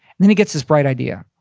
and then he gets this bright idea.